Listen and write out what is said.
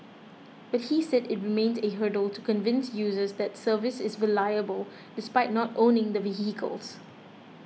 but he said it remains a hurdle to convince users that the service is reliable despite not owning the vehicles